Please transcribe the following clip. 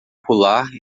pular